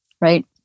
right